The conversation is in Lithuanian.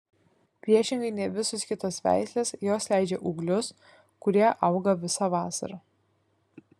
priešingai nei visos kitos veislės jos leidžia ūglius kurie auga visą vasarą